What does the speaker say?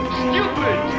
stupid